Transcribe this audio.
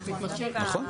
בכל מקרה